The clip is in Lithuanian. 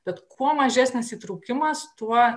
bet kuo mažesnis įtraukimas tuo